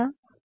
0